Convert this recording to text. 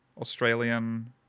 Australian